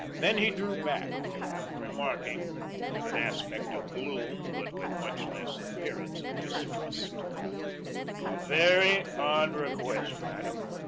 then he drew back, and remarking with an aspect of gloom but with much less appearance of distrust a very odd request, madam.